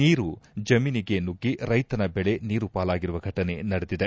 ನೀರು ಜಮೀನಿಗೆ ನುಗ್ಗಿ ರೈತನ ಬೆಳೆ ನೀರು ಪಾಲಾಗಿರುವ ಫಟನೆ ನಡೆದಿದೆ